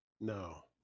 No